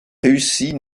réussit